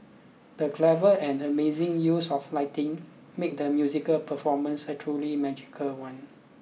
the clever and amazing use of lighting made the musical performance a truly magical one